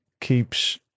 keeps